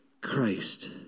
Christ